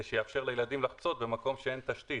שיאפשר לילדים לחצות במקום שאין תשתית.